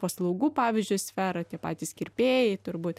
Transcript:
paslaugų pavyzdžiui sfera tie patys kirpėjai turbūt